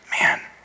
man